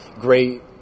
Great